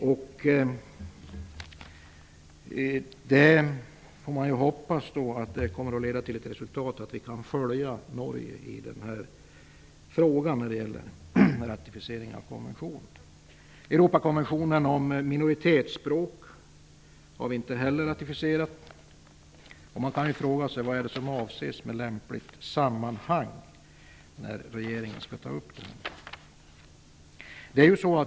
Man får ju hoppas att resultatet blir att vi kan följa Vi har inte heller ratificerat Europakonventionen om minoritetsspråk. Man kan fråga sig vad det är som avses med ''lämpligt sammanhang'' för regeringens redovisning.